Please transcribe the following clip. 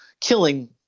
killing